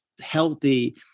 healthy